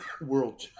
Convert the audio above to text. world